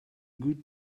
good